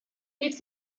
rief